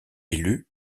élu